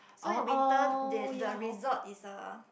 so in winter they the resort is a